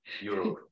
Europe